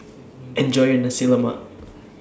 Enjoy your Nasi Lemak